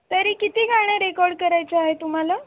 तरी किती गाणे रेकॉर्ड करायचं आहे तुम्हाला